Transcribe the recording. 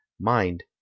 Mind